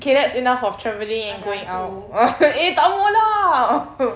okay that's enough of travelling and going out eh takmo lah